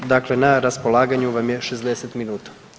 Dakle, na raspolaganju vam je 60 minuta.